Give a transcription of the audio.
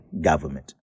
government